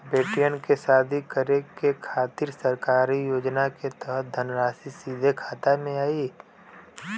बेटियन के शादी करे के खातिर सरकारी योजना के तहत धनराशि सीधे खाता मे आई?